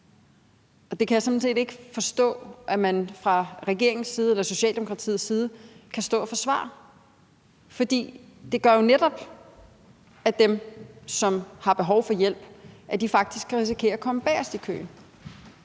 og det kan jeg sådan set ikke forstå at man fra Socialdemokratiets side kan stå og forsvare. For det gør jo netop, at dem, som har behov for hjælp, faktisk kan risikere at komme bagest i køen.